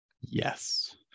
Yes